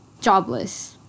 jobless